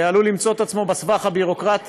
עלול למצוא את עצמו בסבך הביורוקרטי,